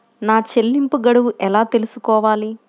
నా చెల్లింపు గడువు ఎలా తెలుసుకోవాలి?